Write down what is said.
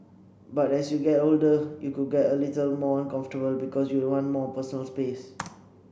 but as you get older it could get a little more uncomfortable because you'd want more personal space